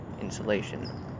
insulation